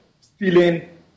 stealing